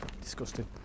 disgusting